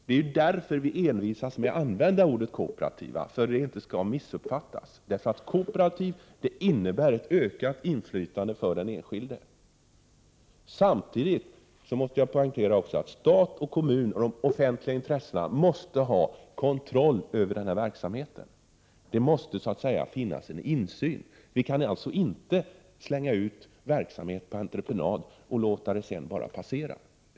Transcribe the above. Det är ju därför som vi envisas med att använda ordet kooperativ. Vi vill alltså undvika missuppfattningar. Att det är kooperativt innebär ju ett ökat inflytande för den enskilde. Men samtidigt måste jag poängtera att staten, kommunerna och de offentliga intressena måste ha kontroll över verksamheten. Det måste finnas en insyn. Vi kan alltså inte utan vidare lägga ut verksamhet på entreprenad och sedan bara låta det hela passera.